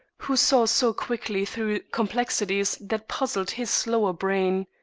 who saw so quickly through complexities that puzzled his slower brain.